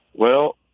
well,